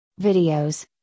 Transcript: videos